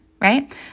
right